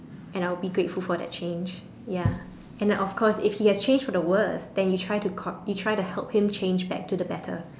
and I'll be grateful for that change ya and of course if he has changed for the worst then you try to con you try to help him change back to the better